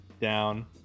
Down